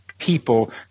people